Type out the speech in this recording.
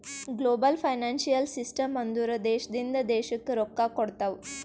global financial system ಅಂದುರ್ ದೇಶದಿಂದ್ ದೇಶಕ್ಕ್ ರೊಕ್ಕಾ ಕೊಡ್ತಾವ್